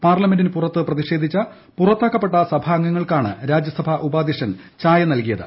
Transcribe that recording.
പാർലമെന്റിന് പുറത്ത് പ്രതിഷേധിച്ച പുറത്താക്കപ്പെട്ട സഭാംഗങ്ങൾക്കാണ് രാജ്യസഭാ ഉപാധ്യക്ഷൻ ചായ നൽകിയത്